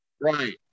Right